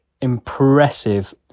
impressive